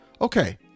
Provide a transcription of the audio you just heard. Okay